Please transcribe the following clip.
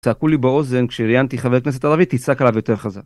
צעקו לי באוזן, כשראיינתי חבר כנסת ערבי, תצעק עליו יותר חזק.